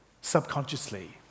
subconsciously